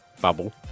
bubble